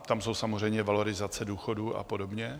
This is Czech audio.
Tam jsou samozřejmě valorizace důchodů a podobně.